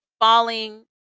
Falling